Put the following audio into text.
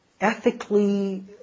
ethically